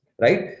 right